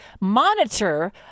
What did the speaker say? monitor